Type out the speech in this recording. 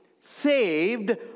Saved